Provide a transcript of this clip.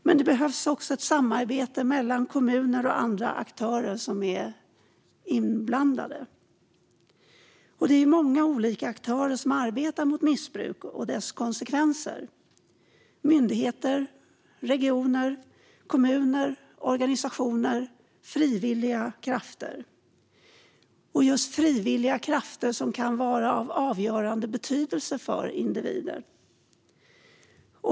Men det behövs också samarbete med kommuner och andra aktörer som är inblandade. Det är många olika aktörer som arbetar mot missbruk och dess konsekvenser: myndigheter, regioner, kommuner, organisationer och frivilliga krafter. Just frivilliga krafter kan vara av avgörande betydelse för individen.